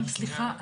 סליחה,